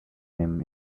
him